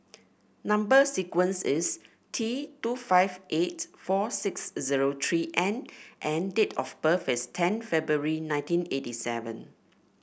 number sequence is T two five eight four six zero three N and date of birth is ten February nineteen eighty seven